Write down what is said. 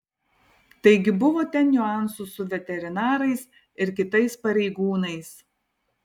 taigi buvo ten niuansų su veterinarais ir kitais pareigūnais